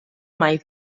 mai